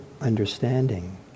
understanding